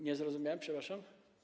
Nie zrozumiałem, przepraszam.